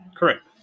Correct